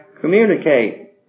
communicate